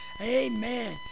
Amen